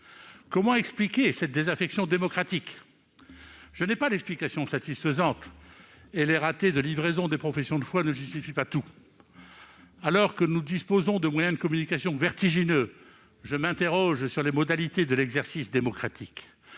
Comment expliquer cette désaffection démocratique ? Je n'ai pas d'explications satisfaisantes et les ratés de livraison des professions de foi ne justifient pas tout. Alors que nous disposons de moyens de communication vertigineux, je m'interroge sur les modalités de l'exercice démocratique.